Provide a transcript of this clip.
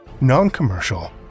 non-commercial